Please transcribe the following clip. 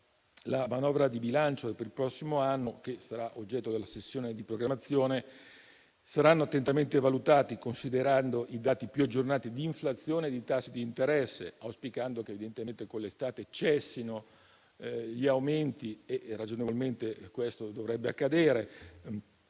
la manovra di bilancio per il prossimo anno, che sarà oggetto della sessione di programmazione, ci sarà un'attenta valutazione considerando i dati più aggiornati sull'inflazione e sui tassi di interesse, auspicando che evidentemente con l'estate cessino gli aumenti - e ragionevolmente questo dovrebbe accadere